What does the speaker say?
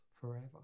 forever